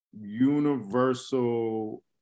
universal